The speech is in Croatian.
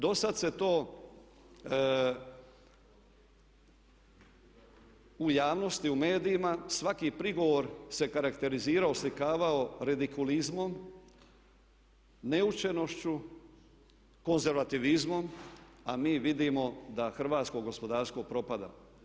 Do sad se to u javnosti, u medijima svaki prigovor se karakterizirao, oslikavao redikulizmom, neučenošću, konzervativizmom, a mi vidimo da hrvatsko gospodarstvo propada.